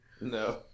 no